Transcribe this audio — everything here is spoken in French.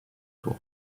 tour